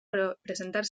presentar